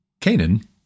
Canaan